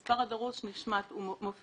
המילים "המספר הדרוש" נשמטו.